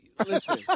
Listen